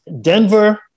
Denver